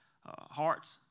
hearts